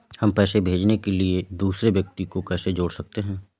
हम पैसे भेजने के लिए दूसरे व्यक्ति को कैसे जोड़ सकते हैं?